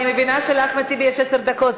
אני מבינה שלאחמד טיבי יש עשר דקות,